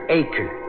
acre